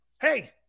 Hey